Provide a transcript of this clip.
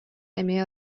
эмиэ